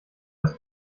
das